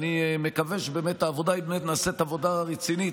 באמת נעשית עבודה רצינית,